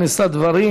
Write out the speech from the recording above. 7244, 7289,